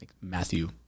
Matthew